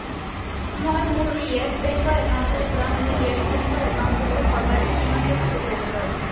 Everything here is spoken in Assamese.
মই মোৰ য়েছ বেংকৰ একাউণ্টৰ পৰা মোৰ য়েছ বেংকৰ একাউণ্টলৈ সৰ্বাধিক কিমান টকা পঠিয়াব পাৰোঁ